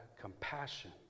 compassion